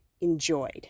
enjoyed